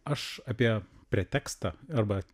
aš apie pretekstą arba